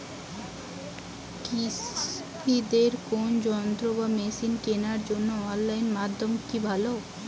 কৃষিদের কোন যন্ত্র বা মেশিন কেনার জন্য অনলাইন মাধ্যম কি ভালো?